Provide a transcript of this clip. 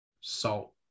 salt